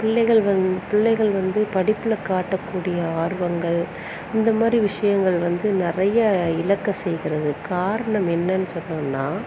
பிள்ளைகள் வந் பிள்ளைகள் வந்து படிப்பில் காட்டக்கூடிய ஆர்வங்கள் இந்த மாதிரி விஷயங்கள் வந்து நிறையா இழக்க செய்கிறது காரணம் என்னனு சொன்னோம்னா